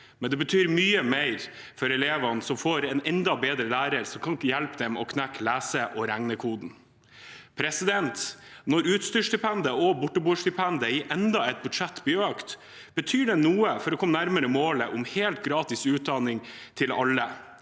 men det betyr mye mer for elevene som får en enda bedre lærer som kan hjelpe dem med å knekke lese- og regnekoden. Når utstyrsstipendet og borteboerstipendet blir økt i enda et budsjett, betyr det noe for å komme nærmere målet om helt gratis utdanning for alle,